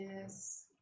yes